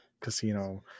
casino